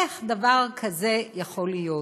איך דבר כזה יכול להיות?